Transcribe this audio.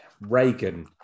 Reagan